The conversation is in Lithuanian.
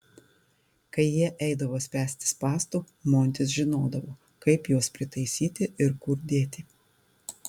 kai jie eidavo spęsti spąstų montis žinodavo kaip juos pritaisyti ir kur dėti